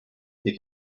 they